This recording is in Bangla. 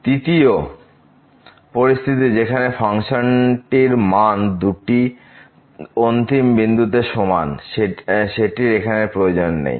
তৃতীয় পরিস্থিতি যেখানে ফাংশনটির মান দুটো অন্তিম বিন্দুতে সমান সেটির এখানে প্রয়োজন নেই